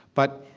but